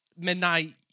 Midnight